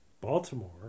Baltimore